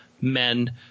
men